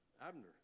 Abner